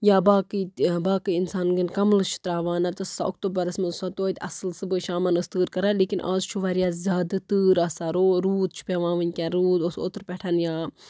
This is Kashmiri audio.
یا باقٕے تہِ باقٕے اِنسانکٮ۪ن کَملہٕ چھِ ترٛاوان نتہٕ ٲس آسان اوٚکتوٗبَرَس منٛز اوس آسان تویتہِ اَصٕل صُبحٲے شامَن ٲس تۭر کَران لیکِن آز چھُ واریاہ زیادٕ تۭر آسان رو روٗد چھِ پٮ۪وان وٕنۍکٮ۪ن روٗد اوس اوترٕ پٮ۪ٹھ یا